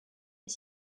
est